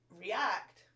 react